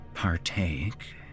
partake